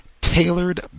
tailored